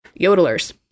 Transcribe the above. yodelers